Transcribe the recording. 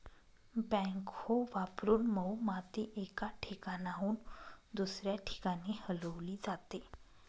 backhoe वापरून मऊ माती एका ठिकाणाहून दुसऱ्या ठिकाणी हलवली जाते